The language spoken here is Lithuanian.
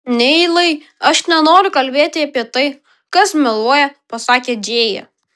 neilai aš nenoriu kalbėti apie tai kas meluoja pasakė džėja